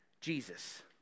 Jesus